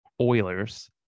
Oilers